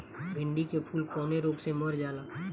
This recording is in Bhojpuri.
भिन्डी के फूल कौने रोग से मर जाला?